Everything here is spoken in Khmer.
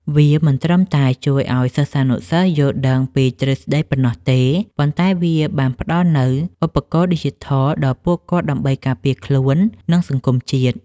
វាមិនត្រឹមតែជួយឱ្យសិស្សានុសិស្សយល់ដឹងពីទ្រឹស្ដីប៉ុណ្ណោះទេ ប៉ុន្តែវាបានផ្ដល់នូវ ឧបករណ៍ឌីជីថល ដល់ពួកគាត់ដើម្បីការពារខ្លួន និងសង្គមជាតិ។